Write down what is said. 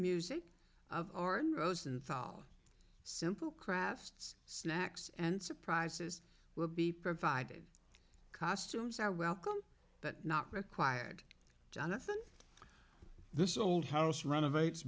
music of or in rosenthal simple crafts snacks and surprises will be provided costumes are welcome but not required jonathan this old house r